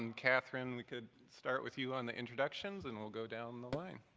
and katherine, we could start with you on the introductions and we'll go down the line.